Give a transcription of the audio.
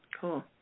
cool